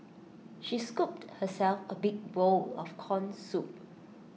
she scooped herself A big bowl of Corn Soup